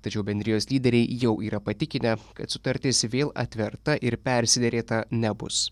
tačiau bendrijos lyderiai jau yra patikinę kad sutartis vėl atverta ir persiderėta nebus